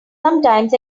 sometimes